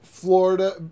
Florida